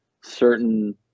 certain